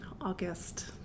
August